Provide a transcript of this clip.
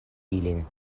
ili